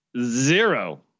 Zero